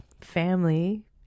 family